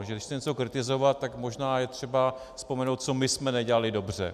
Když chci něco kritizovat, tak možná je třeba vzpomenout, co my jsme nedělali dobře.